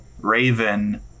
Raven